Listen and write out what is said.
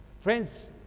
Friends